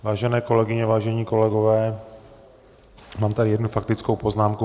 Vážené kolegyně, vážení kolegové, mám tady jednu faktickou poznámku.